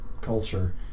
culture